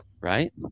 Right